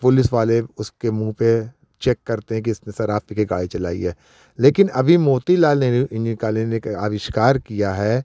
police वाले उसके मुँह पर चेक करते हैं कि इसने शराब पी कर गाड़ी चलाई है लेकिन अभी मोतीलाल नेहरू इंइंजीनियरिंग कालेज ने एक आविष्कार किया है